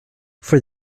for